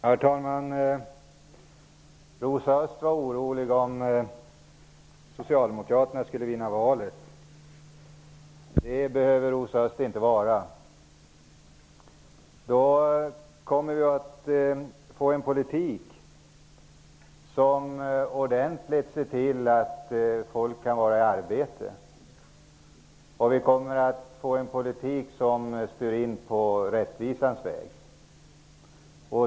Herr talman! Rosa Östh var orolig för vad som skulle hända om Socialdemokraterna skulle vinna valet. Det behöver Rosa Östh inte vara. Då kommer vi att föra en politik, som ser till att folk har arbete och som styr in på rättvisans väg.